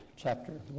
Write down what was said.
Chapter